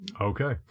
Okay